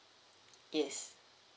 yes